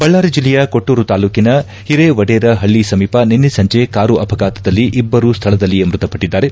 ಬಳ್ಳಾರಿ ಜಿಲ್ಲೆಯ ಕೊಟ್ಟೂರು ತಾಲ್ಲೂಕಿನ ಹಿರೆವಡೇರ ಹಳ್ಳಿ ಸಮೀಪ ನಿನ್ನೆ ಸಂಜೆ ಕಾರು ಅಪಘಾತದಲ್ಲಿ ಇಬ್ಬರು ಸ್ಥಳದಲ್ಲಿಯೇ ಮೃತಪಟ್ಟದ್ದಾರೆ